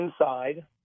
inside